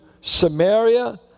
Samaria